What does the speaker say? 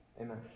Amen